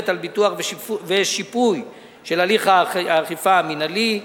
ביטוח ושיפוי של הליך האכיפה המינהלי.